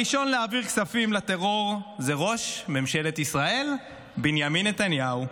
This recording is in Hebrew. הראשון להעביר כספים לטרור הוא ראש ממשלת ישראל בנימין נתניהו,